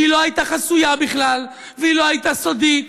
שהיא לא הייתה חסויה בכלל והיא לא הייתה סודית,